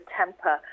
temper